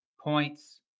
points